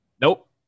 Nope